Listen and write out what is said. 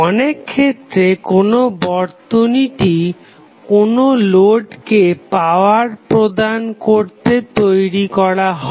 অনেক ক্ষেত্রে কোনো বর্তনীটি কোনো লোডকে পাওয়ার প্রদান করতে তৈরি করা হয়